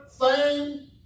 fame